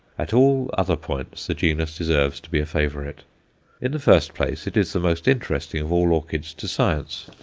at all other points the genus deserves to be a favourite. in the first place, it is the most interesting of all orchids to science.